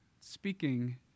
speaking